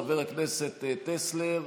חבר הכנסת טסלר,